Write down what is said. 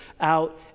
out